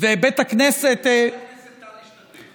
ובית הכנסת, וחבר הכנסת טל השתתף.